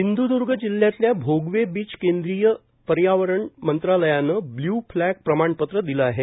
सिंधुदर्ग जिल्ह्यातल्या भोगवे बीच केंद्रीय पर्यावरण मंत्रालयानं ब्ल्यू फ्लॅग प्रमाणपत्र दिल आहे